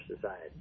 society